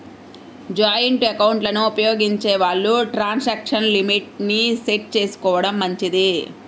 joint ఎకౌంట్లను ఉపయోగించే వాళ్ళు ట్రాన్సాక్షన్ లిమిట్ ని సెట్ చేసుకోడం మంచిది